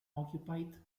occupied